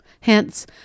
hence